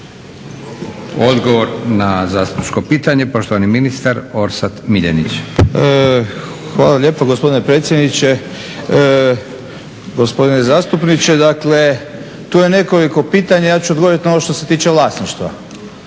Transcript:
Odgovor na zastupničko pitanje poštovani ministar Orsat MIljenić. **Miljenić, Orsat** Hvala lijepo gospodine predsjedniče. Gospodine zastupniče, dakle tu je nekoliko pitanja ja ću odgovoriti na ovo što se tiče vlasništva.